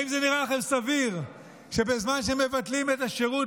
האם נראה לכם סביר שבזמן שמבטלים את השירות